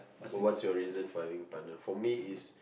what's the reason for having a partner for me is